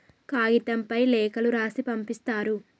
కాగితంపై లేఖలు రాసి పంపిస్తారు